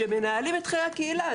שמנהלים את חיי הקהילה.